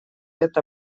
это